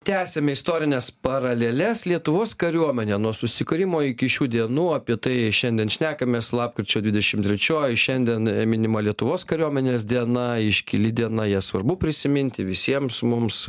tęsiame istorines paraleles lietuvos kariuomenė nuo susikūrimo iki šių dienų apie tai šiandien šnekamės lapkričio dvidešim trečioji šiandien minima lietuvos kariuomenės diena iškili diena ją svarbu prisiminti visiems mums